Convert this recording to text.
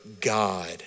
God